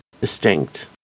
distinct